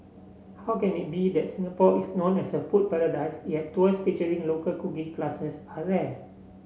how can it be that Singapore is known as a food paradise yet tours featuring local cooking classes are rare